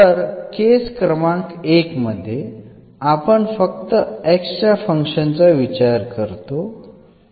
तर केस क्रमांक 1 मध्ये आपण फक्त x च्या फंक्शन चा विचार करतो